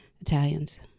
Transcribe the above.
Italians